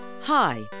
Hi